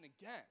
again